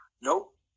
Nope